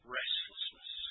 restlessness